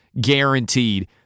guaranteed